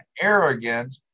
arrogant